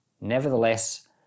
Nevertheless